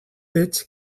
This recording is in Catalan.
veig